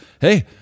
hey